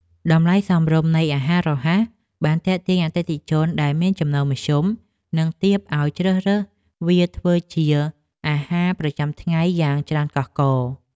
តម្លៃសមរម្យនៃអាហាររហ័សបានទាក់ទាញអតិថិជនដែលមានចំណូលមធ្យម និងទាបឲ្យជ្រើសរើសវាធ្វើជាអាហារប្រចាំថ្ងៃយ៉ាងច្រើនកុះករ។